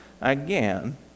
again